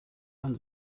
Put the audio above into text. man